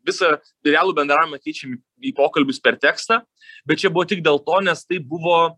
visą realų bendravimą keičiam į pokalbius per tekstą bet čia buvo tik dėl to nes taip buvo